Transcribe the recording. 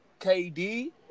KD